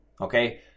Okay